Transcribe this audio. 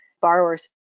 borrowers